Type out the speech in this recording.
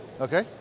okay